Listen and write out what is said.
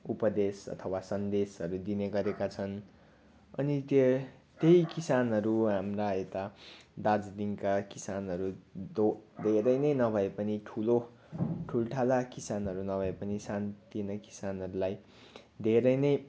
उपदेश अथवा सन्देशहरू दिने गरेका छन् अनि त्यो त्यही किसानहरू हाम्रा यता दार्जिलिङका किसानहरू दो धेरै नै नभए पनि ठुलो ठुल्ठुला किसानहरू नभए पनि सानातिना किसानहरूलाई धेरै नै